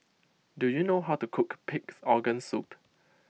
do you know how to cook Pig's Organ Soup